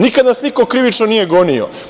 Nikad nas niko krivično nije gonio.